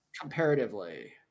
comparatively